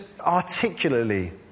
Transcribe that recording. articulately